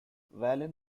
wallin